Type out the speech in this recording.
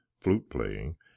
flute-playing